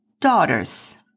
daughters